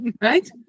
Right